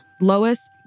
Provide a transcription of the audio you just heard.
Lois